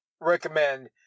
recommend